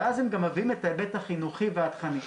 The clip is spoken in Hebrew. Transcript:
ואז הם גם מביאים את ההיבט החינוכי והתוכני.